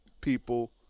people –